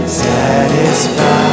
satisfied